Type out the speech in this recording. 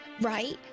right